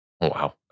Wow